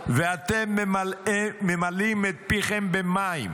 ואתם ממלאים את פיכם במים,